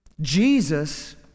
Jesus